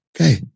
okay